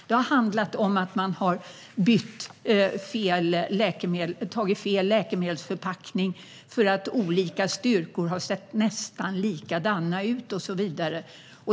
Det har handlat om att fel läkemedelsförpackning har använts för att olika styrkor har sett likadana ut och så vidare.